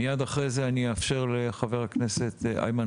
מיד אחרי זה אני אאפשר לחבר הכנסת איימן